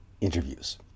interviews